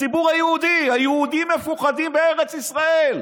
הציבור היהודי, היהודים מפוחדים בארץ ישראל.